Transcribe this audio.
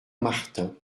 martin